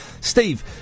Steve